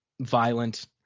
violent